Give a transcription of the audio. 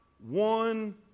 one